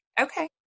Okay